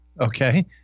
Okay